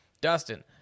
Dustin